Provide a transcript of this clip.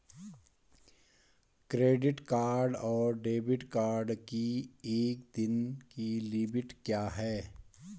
Credit card और debit card की एक दिन की लिमिट क्या है?